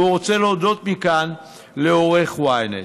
והוא רוצה להודות מכאן לעורך ynet.